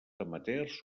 amateurs